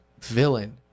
villain